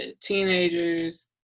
teenagers